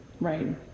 Right